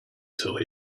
till